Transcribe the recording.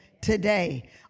today